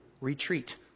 retreat